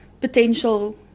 potential